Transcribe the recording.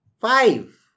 five